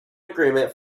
agreement